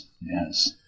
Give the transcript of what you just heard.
Yes